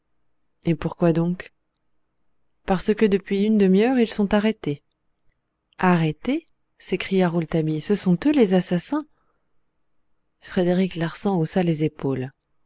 et pourquoi donc parce que depuis une demi-heure ils sont arrêtés arrêtés s'écria rouletabille ce sont eux les assassins frédéric larsan haussa les épaules